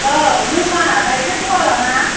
औ नों मा गायखेर गवाला ना